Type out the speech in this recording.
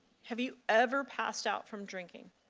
have you ever passed out from drinking?